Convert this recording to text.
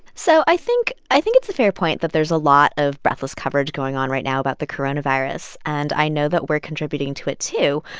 so i think i think it's a fair point that there's a lot of breathless coverage going on right now about the coronavirus, and i know that we're contributing to it, too.